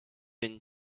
been